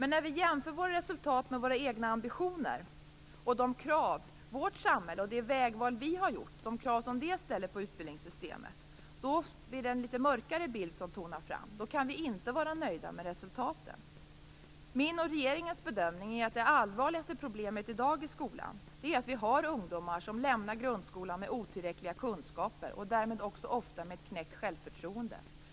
När vi jämför våra resultat med våra egna ambitioner, med de krav vårt samhälle ställer på utbildningssystemet och med de vägval vi har gjort blir det en litet mörkare bild som tonar fram. Då kan vi inte vara nöjda med resultatet. Min och regeringens bedömning är att det allvarligaste problemet i dag i skolan är att det finns ungdomar som lämnar grundskolan med otillräckliga kunskaper och därmed också ofta med knäckt självförtroende.